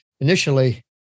initially